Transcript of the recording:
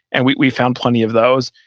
and we we found plenty of those.